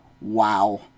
wow